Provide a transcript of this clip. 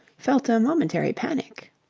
felt a momentary panic.